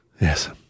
Yes